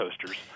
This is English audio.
coasters